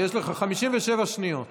יש לך 57 שניות.